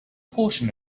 portion